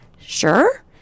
sure